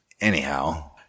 Anyhow